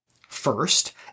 First